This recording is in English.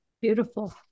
Beautiful